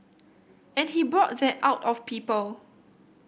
and he brought that out of people